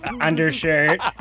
undershirt